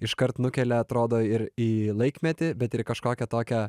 iškart nukelia atrodo ir į laikmetį bet ir į kažkokią tokią